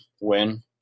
win